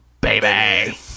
Baby